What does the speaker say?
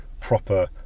proper